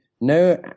no